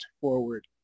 forward